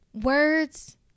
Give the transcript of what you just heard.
words